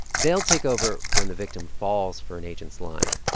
they'll take over when the victim falls for an agent's line.